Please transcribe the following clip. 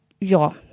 Ja